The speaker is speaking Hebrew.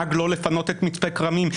שדאג לא לפנות את מצפה כרמים,